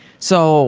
so